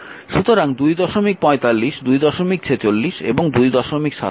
সুতরাং 245 246 এবং 247 হল এই সমীকরণ সংখ্যা